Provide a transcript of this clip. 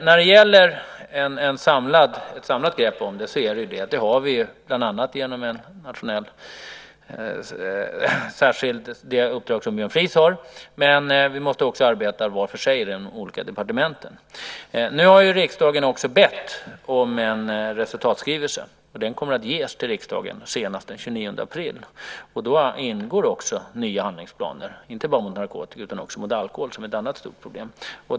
Ett samlat grepp har vi ju bland annat genom det uppdrag som Björn Fries har, men vi måste också arbeta var för sig i de olika departementen. Nu har ju riksdagen också bett om en resultatskrivelse, och den kommer att ges till riksdagen senast den 29 april. Då ingår det också nya handlingsplaner, inte bara mot narkotika utan också mot alkohol, som är ett annat stort problem.